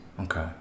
Okay